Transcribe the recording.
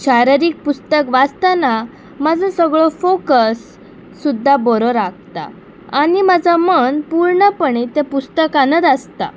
शारिरीक पुस्तक वाचतना म्हाजो सगळो फॉकस सुद्दां बरो लागता आनी म्हाजा मन पूर्णपणी ते पुस्तकानच आसता